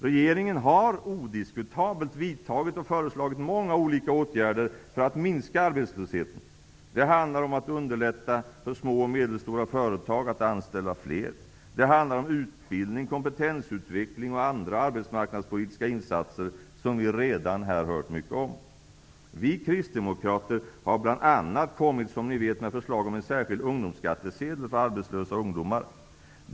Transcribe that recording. Regeringen har odiskutabelt vidtagit och föreslagit många olika åtgärder för att minska arbetslösheten. Det handlar om att underlätta för små och medelstora företag att anställa fler. Det handlar om utbildning, kompetensutveckling och andra arbetsmarknadspolitiska insatser som vi här redan har hört mycket om. Som ni vet har vi kristdemokrater bl.a. kommit med förslag om en särskild ungdomsskattesedel för arbetslösa ungdomar.